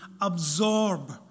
absorb